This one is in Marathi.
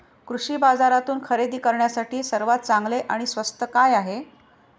कृषी बाजारातून खरेदी करण्यासाठी सर्वात चांगले आणि स्वस्त काय आहे?